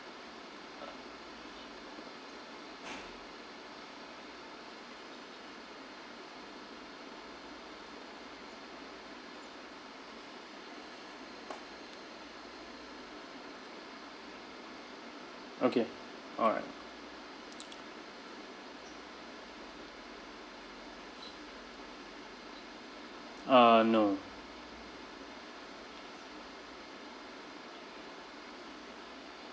okay all right uh no